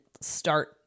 start